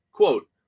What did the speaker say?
Quote